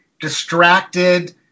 distracted